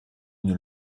une